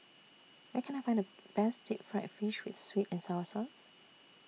Where Can I Find The Best Deep Fried Fish with Sweet and Sour Sauce